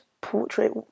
portrait